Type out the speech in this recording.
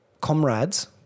comrades